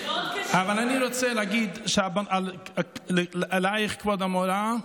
אבל אני רוצה להגיד, עלייך, כבוד המורה,